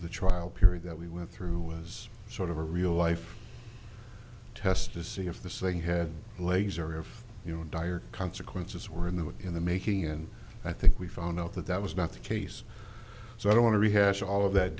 the trial period that we went through was sort of a real life test to see if the saying had legs or if you know dire consequences were in the way in the making and i think we found out that that was not the case so i don't want to rehash all of that